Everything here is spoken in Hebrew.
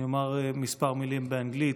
אני אומר כמה מילים באנגלית.